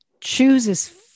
chooses